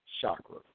chakra